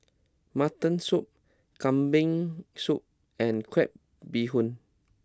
Mutton Soup Kambing Soup and Crab Bee Hoon